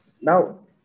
now